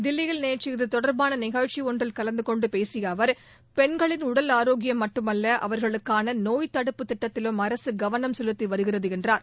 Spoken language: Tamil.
தில்லியில் நேற்று இதுதொடர்பான நிகழ்ச்சி ஒன்றில் கலந்து கொண்டு பேசிய அவர் பெண்களின் உடல் ஆரோக்கியம் மட்டுமல்ல அவர்களுக்கான நோய்த் தடுப்புத் திட்டத்திலும் அரசு கவனம் செலுத்தி வருகிறது என்றார்